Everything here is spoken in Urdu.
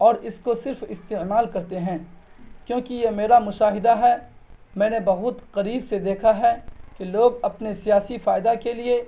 اور اس کو صرف استعمال کرتے ہیں کیونکہ یہ میرا مشاہدہ ہے میں نے بہت قریب سے دیکھا ہے کہ لوگ اپنے سیاسی فائدہ کے لیے